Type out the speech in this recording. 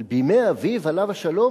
אבל בימי אביו עליו השלום,